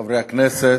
חברי הכנסת,